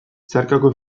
zeharkako